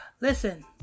Listen